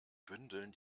bündeln